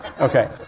okay